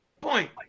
point